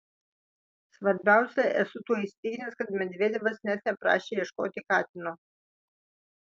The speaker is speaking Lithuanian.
svarbiausia esu tuo įsitikinęs kad medvedevas net neprašė ieškoti katino